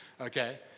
okay